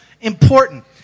important